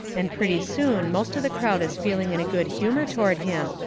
and purty soon most of the crowd is feeling in a good humour toward him,